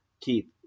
keep